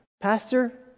pastor